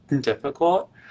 difficult